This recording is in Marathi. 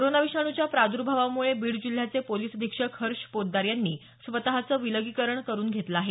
कोरोना विषाणूच्या प्रादर्भावामुळे बीड जिल्ह्याचे पोलिस अधिक्षक हर्ष पोद्दार यांनी स्वतःचं विलगीकरण करून घेतलं आहे